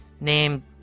named